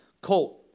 colt